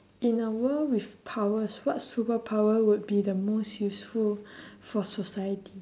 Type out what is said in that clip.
in a world with powers what superpower would be the most useful for society